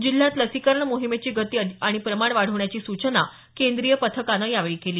जिल्ह्यात लसीकरण मोहिमेची गती आणि प्रमाण वाढवण्याची सूचना केंद्रीय पथकानं केली